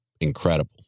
incredible